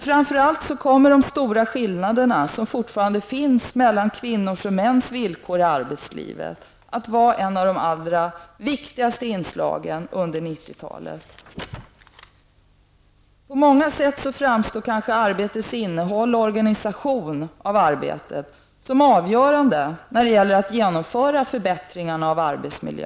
Framför allt kommer de stora skillnader som fortfarande finns mellan kvinnors och mäns villkor i arbetslivet att vara ett av de allra viktigaste inslagen under 90 På många sätt framstår arbetets innehåll och organisationen av arbetet som avgörande när det gäller att genomföra förbättringar av arbetsmiljön.